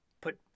Put